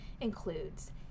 includes